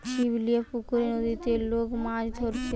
ছিপ লিয়ে পুকুরে, নদীতে লোক মাছ ধরছে